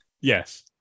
Yes